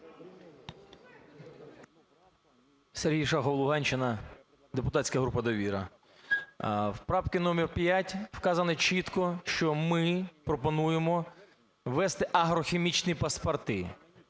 Сергій Шахов, Луганщина, депутатська група "Довіра". У правці номер 5 вказано чітко, що ми пропонуємо вести агрохімічні паспорти.